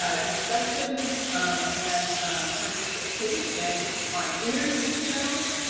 ah discussions and participation on interview panels.